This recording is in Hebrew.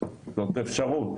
זאת אפשרות.